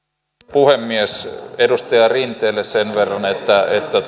puhemies edustaja rinteelle sen verran että